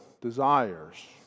desires